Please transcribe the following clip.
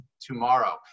tomorrow